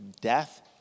death